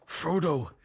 Frodo